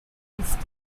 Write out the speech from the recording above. east